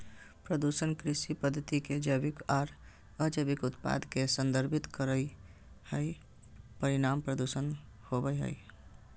प्रदूषण कृषि पद्धति के जैविक आर अजैविक उत्पाद के संदर्भित करई हई, परिणाम प्रदूषण होवई हई